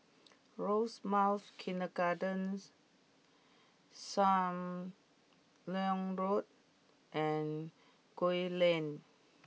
Rosemount Kindergarten Sam Leong Road and Gul Lane